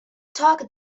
talk